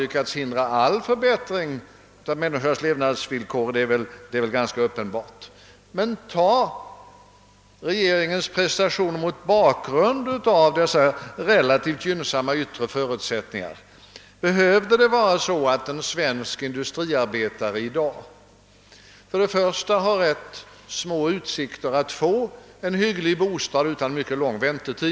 förhindrat all förbättring av människor: nas levnadsvillkor är ganska uppenbart. Men se regeringens prestationer mot bakgrunden av dessa relativt gynnsamma yttre förutsättningar! Behövde det för det första vara så att en svensk industriarbetare i dag har rätt små utsikter att få en hygglig bostad utan mycket lång väntetid?